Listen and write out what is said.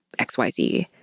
xyz